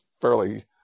fairly